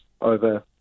over